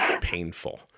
painful